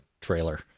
trailer